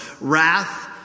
wrath